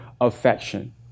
affection